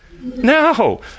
No